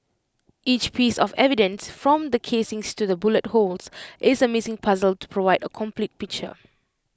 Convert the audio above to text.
each piece of evidence from the casings to the bullet holes is A missing puzzle to provide A complete picture